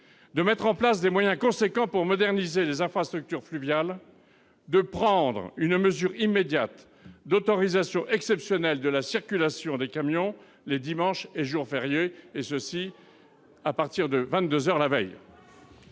de mettre en place des moyens importants pour moderniser les infrastructures fluviales et de prendre une mesure immédiate d'autorisation exceptionnelle de la circulation des camions les dimanches et jours fériés, à partir de vingt-deux